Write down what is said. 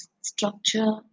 Structure